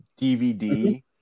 DVD